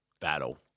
battle